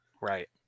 Right